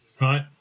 right